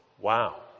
Wow